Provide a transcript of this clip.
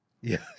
Yes